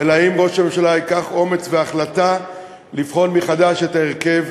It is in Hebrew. אלא אם לראש הממשלה יהיה אומץ להחליט לבחון מחדש את ההרכב.